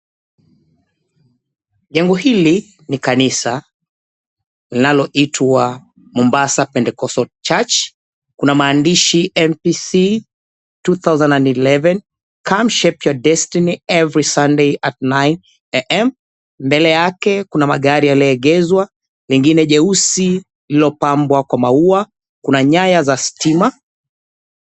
Jengo hili ni kanisa linaloitwa Mombasa Pentecostal Church. Kuna maandishi, "MPC 2011, Come shape your destiny every Sunday at 9:00 am." Mbele yake kuna magari yaliyoegezwa, lingine jeusi lililopambwa kwa maua. Kuna nyaya za stima.